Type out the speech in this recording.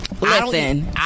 listen